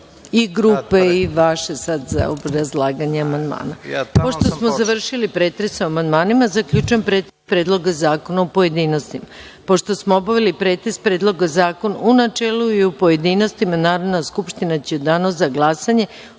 i grupe i vaše za obrazlaganja amandmana. Pošto smo završili pretres o amandmanima, zaključujem pretres Predloga zakona u pojedinostima. Pošto smo obavili pretres Predloga zakona u načelu i u pojedinostima, Narodna skupština će u danu za glasanje